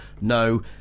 No